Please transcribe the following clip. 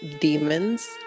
demons